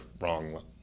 wrong